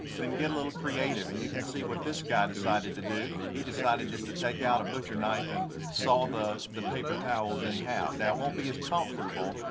then get a little creative. and you can see what this guy decided to do. he decided just to take out a butcher knife and saw the the paper towels in half. now it won't be as comfortable,